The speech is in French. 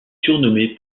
surnommé